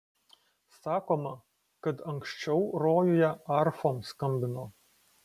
sakoma kad anksčiau rojuje arfom skambino